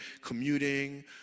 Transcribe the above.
commuting